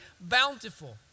bountiful